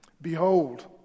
Behold